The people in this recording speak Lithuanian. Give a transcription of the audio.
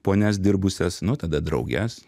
ponias dirbusias nu tada drauges